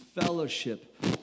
fellowship